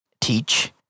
teach